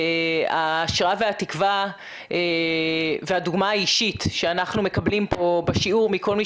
ההשראה והתקווה והדוגמה האישית שאנחנו מקבלים פה בשיעור מכל מי